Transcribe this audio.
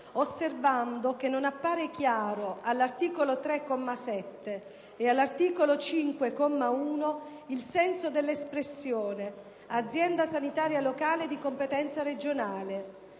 osservando che non appare chiaro, all'articolo 3, comma 7, e all'articolo 5, comma 1, il senso dell'espressione: "azienda sanitaria locale di competenza regionale".